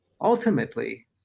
Ultimately